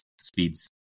speeds